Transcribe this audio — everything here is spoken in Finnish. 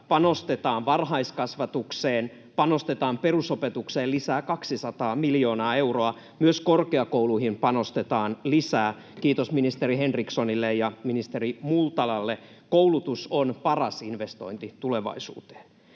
panostetaan varhaiskasvatukseen, panostetaan perusopetukseen lisää 200 miljoonaa euroa — mutta myös korkeakouluihin panostetaan lisää. Kiitos ministeri Henrikssonille ja ministeri Multalalle. Koulutus on paras investointi tulevaisuuteen.